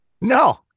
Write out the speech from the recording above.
No